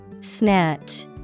Snatch